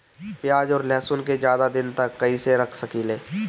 प्याज और लहसुन के ज्यादा दिन तक कइसे रख सकिले?